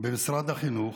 במשרד החינוך.